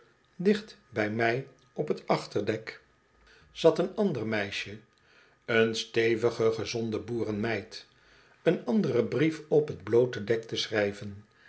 dicht bij mij op t achterdek zat een ander meisje een stevige gezonde boerenmeid een anderen brief op t bloote dekte schrijven